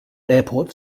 airport